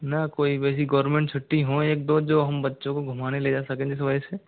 ना कोई वैसी गवर्नमेंट छुट्टी हो एक दो जो हम बच्चों को घुमाने ले जा सके वैसे